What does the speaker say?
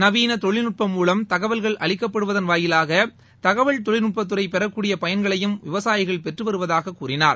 நவீள தொழில்நுட்பம் மூலம் தகவல்கள் அளிக்கப்படுவதன் வாயிலாக தகவல் தொழில்நுட்பத்துறை பெறக்கூடிய பயன்களையும் விவசாயிகள் பெற்று வருவதாக கூறினார்